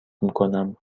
میکنم